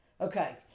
Okay